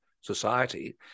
society